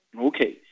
Okay